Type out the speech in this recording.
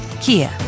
Kia